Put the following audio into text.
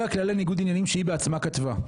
כללי ניגוד עניינים שהיא בעצמה כתבה.